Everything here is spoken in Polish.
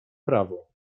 prawo